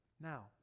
Now